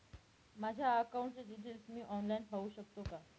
माझ्या अकाउंटचे डिटेल्स मी ऑनलाईन पाहू शकतो का?